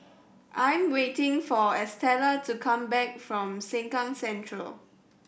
I am waiting for Estela to come back from Sengkang Central